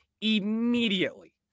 immediately